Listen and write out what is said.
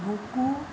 বুকু